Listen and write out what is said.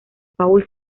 paul